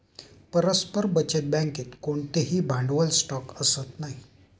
परस्पर बचत बँकेत कोणतेही भांडवल स्टॉक असत नाही